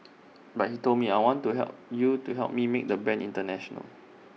but he told me I want help you to help me make the brand International